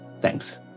Thanks